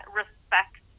respect